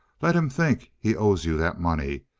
let him think he owes you that money.